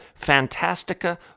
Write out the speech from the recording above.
fantastica